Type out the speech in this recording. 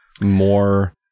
more